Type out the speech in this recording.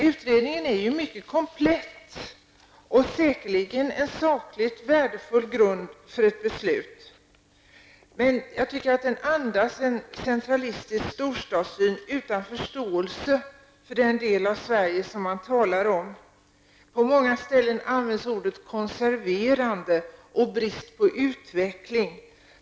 Utredningen är mycket komplett och utgör säkerligen en sakligt värdefull grund för ett beslut. Jag tycker dock att den andas en centralistisk storstadssyn utan förståelse för den del av Sverige som man talar om. På många håll används uttrycken konserverande och brist på utveckling.